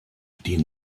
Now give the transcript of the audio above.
die